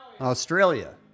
australia